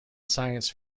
science